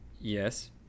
Yes